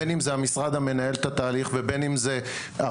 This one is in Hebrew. בין אם זה המשרד שמנהל את התהליך ובין אם אלה הרבה